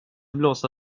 blåsa